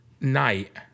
night